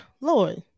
Lord